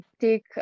take